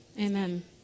Amen